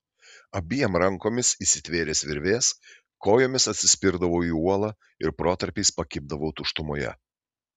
abiem rankomis įsitvėręs virvės kojomis atsispirdavau į uolą ir protarpiais pakibdavau tuštumoje